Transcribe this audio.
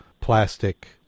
plastic